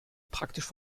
praktisch